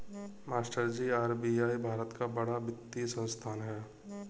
मास्टरजी आर.बी.आई भारत का बड़ा वित्तीय संस्थान है